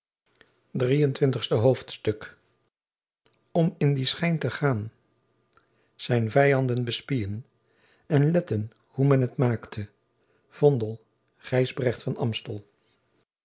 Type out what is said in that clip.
drieëntwintigste hoofdstuk om in dien schijn te gaen zijn vijanden bespiên en letten hoe men t maakte v o n d e l gijsbrecht van